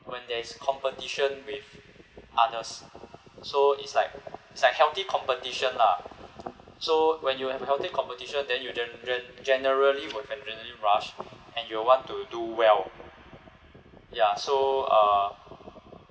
when there is competition with others so it's like it's like healthy competition lah so when you have healthy competition then you gen~ gen~ generally will have an adrenaline rush and you'll want to do well ya so uh